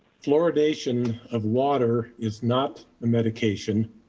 fluoridation of water is not a medication.